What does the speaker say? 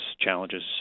challenges